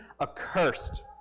accursed